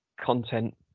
content